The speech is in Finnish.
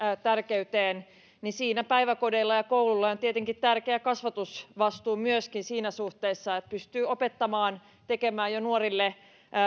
tärkeyteen niin siinä päiväkodeilla ja kouluilla on tietenkin tärkeä kasvatusvastuu myöskin siinä suhteessa että pystytään opettamaan ja tekemään jo nuorille